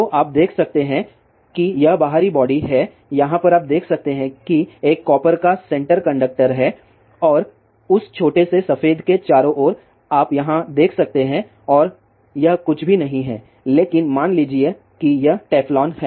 तो आप देख सकते हैं कि यह बाहरी बॉडी है यहाँ पर आप देख सकते हैं कि एक कॉपर का सेंटर कंडक्टर है और उस छोटे से सफेद के चारों ओर आप यहाँ देख सकते हैं और यह कुछ भी नहीं है लेकिन मान लीजिए कि यह टेफ्लॉन है